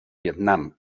vietnam